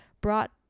brought